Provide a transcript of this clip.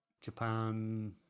Japan